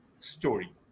story